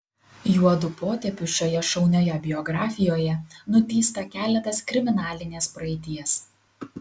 juodu potėpiu šioje šaunioje biografijoje nutįsta keletas kriminalinės praeities